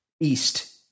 East